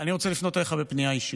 אני רוצה לפנות אליך בפנייה אישית.